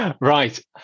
Right